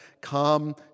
come